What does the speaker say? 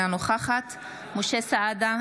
אינה נוכחת משה סעדה,